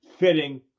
fitting